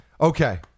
Okay